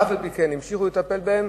ואף-על-פי-כן המשיכו לטפל בהם,